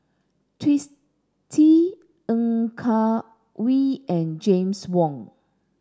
Twisstii Ng Yak Whee and James Wong